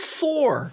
four